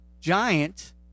giant